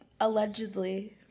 allegedly